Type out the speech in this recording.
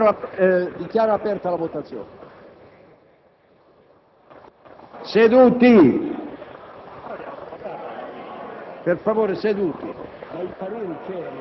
parere contrario